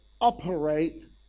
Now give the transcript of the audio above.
operate